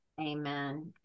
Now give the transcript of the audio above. Amen